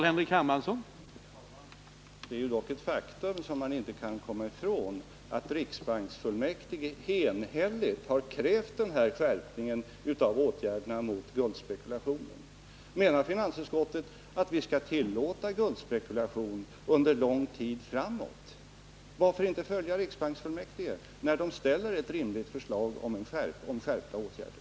Herr talman! Det är dock ett faktum som man inte kan komma ifrån att riksbanksfullmäktige enhälligt har krävt en skärpning av åtgärderna mot guldspekulationer. Menar finansutskottet att vi skall tillåta guldspekulation under lång tid framåt? Varför inte följa det rimliga förslag om skärpta åtgärder som riksbanksfullmäktige har ställt?